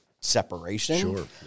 separation